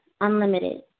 unlimited